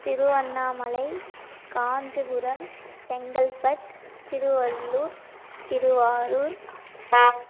Tiruvannamalai Kanchipuram Chengalpattu Tiruvallur Thiruvarur